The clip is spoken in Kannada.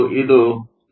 55 ಆಗಿದೆ